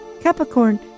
Capricorn